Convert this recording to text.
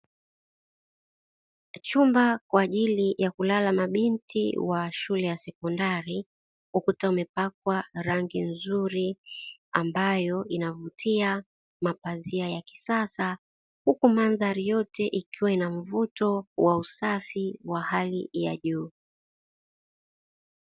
Chumba kwa ajili ya kulala mabinti wa shule ya sekondari, ukuta umepakwa rangi nzuri ambayo inavutia mapazia ya kisasa, huku mandhari yote ikiwa na usafi wa hali juu.